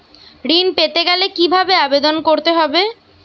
ঋণ পেতে গেলে কিভাবে আবেদন করতে হবে?